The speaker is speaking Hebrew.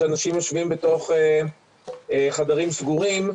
שאנשים יושבים בתוך חדרים סגורים,